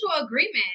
agreement